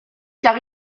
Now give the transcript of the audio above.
car